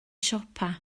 siopau